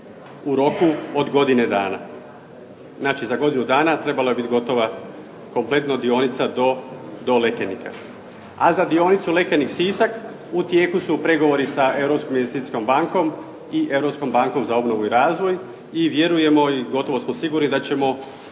u roku od godine dana. Znači, za godinu dana trebala bi biti gotova kompletno dionica do Lekenika. A za dionicu Lekenik – Sisak u tijeku su pregovori sa Europskom investicijskom bankom i Europskom bankom za obnovu i razvoj i vjerujemo i gotovo smo sigurni da ćemo